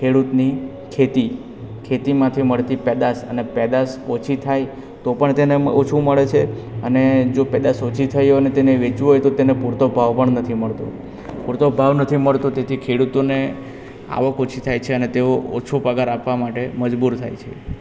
ખેડૂતની ખેતી ખેતીમાંથી મળતી પેદાશ અને પેદાશ ઓછી થાય તો પણ તેને ઓછું મળે છે અને જો પેદાશ ઓછી થઈ હોયને તેને વેચવું હોય તો તેને પૂરતો ભાવ પણ નથી મળતો પૂરતો ભાવ નથી મળતો તેથી ખેડુતોને આવક ઓછી થાય છે અને તેઓ ઓછો પગાર આપવા માટે મજબૂર થાય છે